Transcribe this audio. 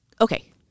Okay